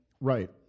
right